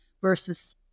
versus